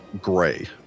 gray